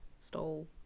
stole